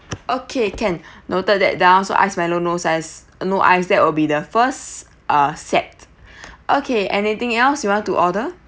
okay can noted that down so ice milo no size no ice that will be the first uh set okay anything else you want to order